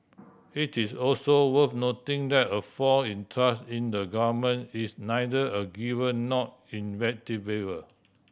it is also worth noting that a fall in trust in the Government is neither a given nor